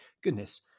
goodness